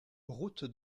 route